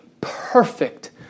perfect